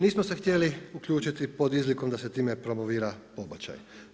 Nismo se htjeli uključiti pod izlikom da se time promovira pobačaj.